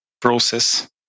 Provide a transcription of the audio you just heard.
process